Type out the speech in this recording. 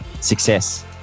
success